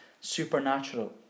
supernatural